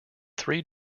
three